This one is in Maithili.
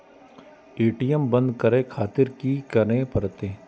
ए.टी.एम बंद करें खातिर की करें परतें?